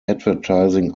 advertising